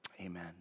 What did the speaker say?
amen